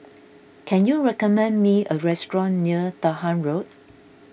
can you recommend me a restaurant near Dahan Road